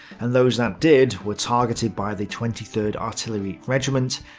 and those that did were targeted by the twenty third artillery regiment,